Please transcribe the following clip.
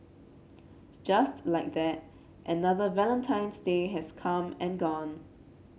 just like that another Valentine's Day has come and gone